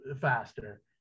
faster